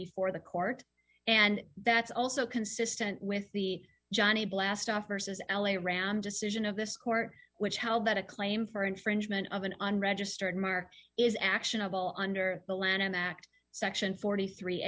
before the court and that's also consistent with the johnny blast off vs l a round decision of this court which how that a claim for infringement of an unregistered mark is actionable under the lanham act section forty three